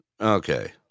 okay